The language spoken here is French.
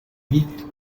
cuite